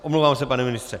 Omlouvám se pane ministře.